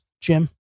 Jim